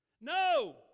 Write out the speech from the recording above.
No